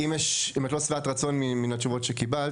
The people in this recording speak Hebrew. אם את לא שבעת רצון מהתשובות שקיבלת,